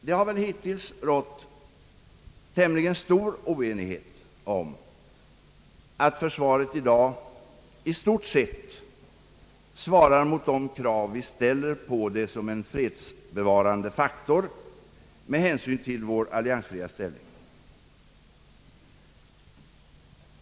Det har väl hittills rått tämligen stor enighet om att försvaret i dag svarar mot de krav vi ställer på det som en fredsbevarande faktor med hänsyn till vår alliansfria ställning.